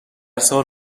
سال